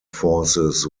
forces